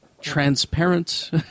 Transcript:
Transparent